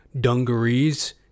dungarees